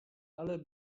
ale